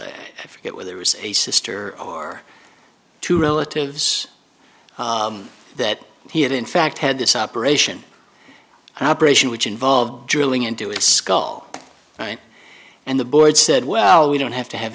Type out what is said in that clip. it were there was a sister or two relatives that he had in fact had this operation operation which involved drilling into his skull right and the board said well we don't have to have